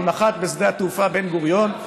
הוא נחת בשדה התעופה בן-גוריון.